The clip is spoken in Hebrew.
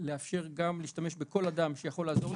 לאפשר להשתמש בכל אדם שיכול לעזור,